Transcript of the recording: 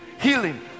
healing